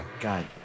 god